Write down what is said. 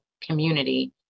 community